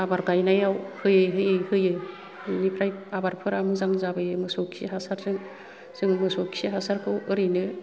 आबाद गाइनायाव होयै होयै होयो बिनिफ्राय आबाद फोरा मोजां जाबोयो मोसौ खि हासारजों जों मोसौ खि हासारखौ ओरैनो